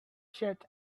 shirt